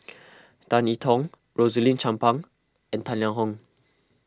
Tan I Tong Rosaline Chan Pang and Tang Liang Hong